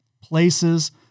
places